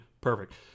perfect